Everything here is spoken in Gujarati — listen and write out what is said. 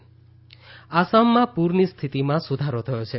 આસામ પૂર આસામમાં પૂરની સ્થિતિમાં સુધારો થયો છે